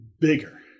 bigger